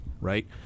right